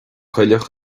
coileach